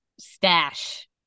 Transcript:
stash